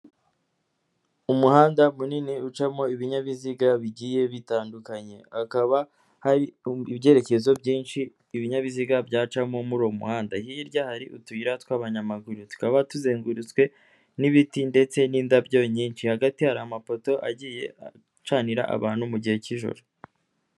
Umuhanda munini ucamo ibinyabiziga bigiye bitandukanye, hakaba hari ibyerekezo byinshi, ibinyabiziga byacamo muri uwo muhanda, hirya hari utuyira tw'abanyamaguru, tukaba tuzengurutswe n'ibiti ndetse n'indabyo nyinshi, hagati hari amapoto agiye acanira abantu mu gihe k'ijoro.